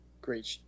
Great